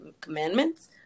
commandments